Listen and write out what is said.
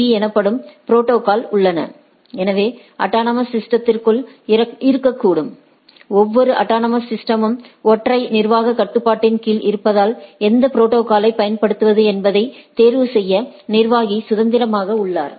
பீ எனப்படும் ப்ரோடோகால்கள் உள்ளன அவை அட்டானமஸ் சிஸ்டதிற்க்குள் இருக்கக்கூடும் ஒவ்வொரு அட்டானமஸ் சிஸ்டமும் ஒற்றை நிர்வாகக் கட்டுப்பாட்டின் கீழ் இருப்பதால் எந்த ப்ரோடோகாலை பயன்படுத்துவது என்பதை தேர்வு செய்ய நிர்வாகி சுதந்திரமாக உள்ளார்